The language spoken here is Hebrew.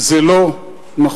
זה לא נכון.